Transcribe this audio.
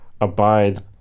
abide